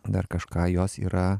dar kažką jos yra